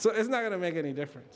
so it's not going to make any difference